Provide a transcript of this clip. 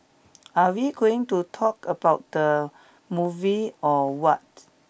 are we going to talk about the movie or what